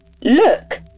Look